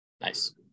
nice